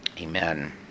amen